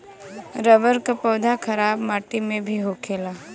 rubber क पौधा खराब माटी में भी होखेला